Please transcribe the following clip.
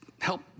help